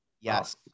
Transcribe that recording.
Yes